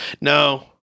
no